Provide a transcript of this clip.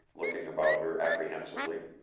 looking about her apprehensively,